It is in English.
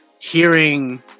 hearing